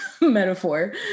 metaphor